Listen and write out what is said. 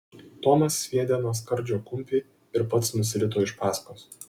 tomas sviedė nuo skardžio kumpį ir pats nusirito iš paskos